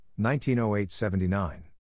1908-79